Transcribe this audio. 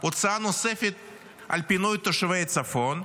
הוצאה נוספת על פינוי תושבי הצפון,